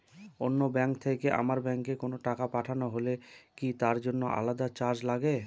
অন্য ব্যাংক থেকে আমার ব্যাংকে কোনো টাকা পাঠানো হলে কি তার জন্য আলাদা চার্জ লাগে?